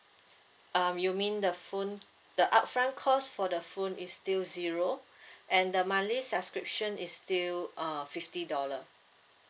um you mean the phone the upfront cost for the phone is still zero and the monthly subscription is still uh fifty dollar